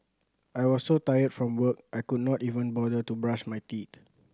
I was so tired from work I could not even bother to brush my teeth